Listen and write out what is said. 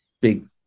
big